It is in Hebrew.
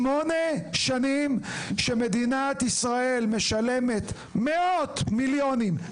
שמונה שנים שמדינת ישראל משלמת מאות מיליונים,